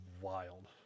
wild